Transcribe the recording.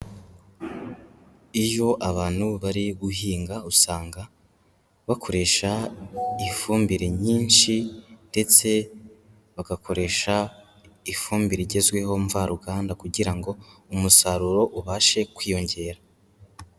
Iyo abantu bari guhinga usanga, bakoresha ifumbire nyinshi ndetse bagakoresha ifumbire igezweho mvaruganda kugira ngo, umusaruro ubashe kwiyongera.